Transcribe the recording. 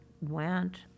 went